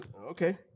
Okay